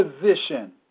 position